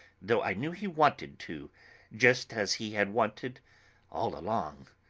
though i knew he wanted to just as he had wanted all along.